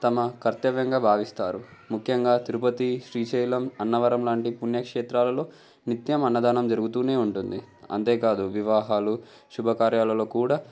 తమ కర్తవ్యంగా భావిస్తారు ముఖ్యంగా తిరుపతి శ్రీశైలం అన్నవరం లాంటి పుణ్యక్షేత్రాలలో నిత్యం అన్నదానం జరుగుతూనే ఉంటుంది అంతేకాదు వివాహాలు శుభకార్యాలలో కూడా